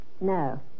No